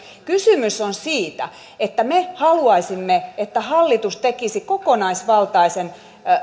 kysymys on siitä että me haluaisimme että hallitus tekisi kokonaisvaltaisen